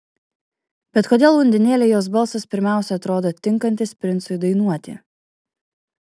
bet kodėl undinėlei jos balsas pirmiausia atrodo tinkantis princui dainuoti